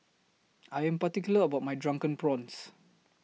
I Am particular about My Drunken Prawns